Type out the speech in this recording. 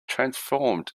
transformed